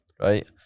right